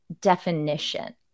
definition